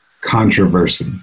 Controversy